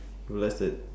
less than